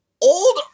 Old